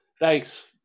Thanks